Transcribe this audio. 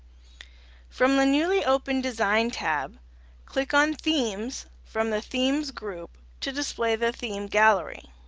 from the newly opened design tab click on themes from the themes group to display the theme gallery.